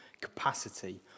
capacity